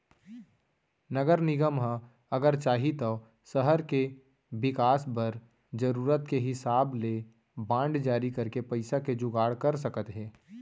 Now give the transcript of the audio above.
नगर निगम ह अगर चाही तौ सहर के बिकास बर जरूरत के हिसाब ले बांड जारी करके पइसा के जुगाड़ कर सकत हे